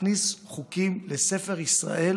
להכניס חוקים לספר החוקים של ישראל